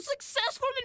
successful